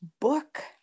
book